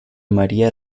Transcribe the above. maría